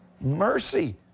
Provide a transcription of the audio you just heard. Mercy